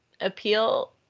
appeal